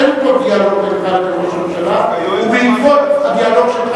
אין פה דיאלוג בינך לבין ראש הממשלה ובעקבות הדיאלוג שלך,